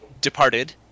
departed